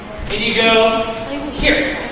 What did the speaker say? and you go here.